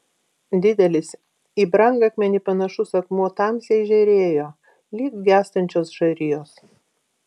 didelis į brangakmenį panašus akmuo tamsiai žėrėjo lyg gęstančios žarijos